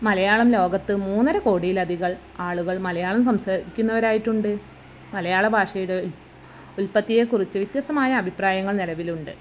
മലയാളം ലോകത്ത് മൂന്നരക്കോടിയിലധികം ആളുകൾ മലയാളം സംസാരിക്കുന്നവരായിട്ടുണ്ട് മലയാള ഭാഷയുടെ ഉൽപ്പത്തിയെക്കുറിച്ച് വ്യത്യസ്തമായ അഭിപ്രായങ്ങൾ നിലവിലുണ്ട്